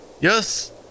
Yes